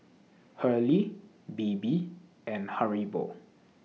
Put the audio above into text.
Hurley Bebe and Haribo